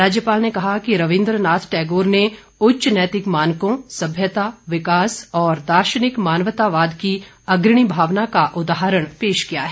राज्यपाल ने कहा कि रविन्द्र नाथ टैगोर ने उच्च नैतिक मानकों सभ्यता विकास और दार्शनिक मानवतावाद की अग्रणी भावना का उदाहरण पेश किया है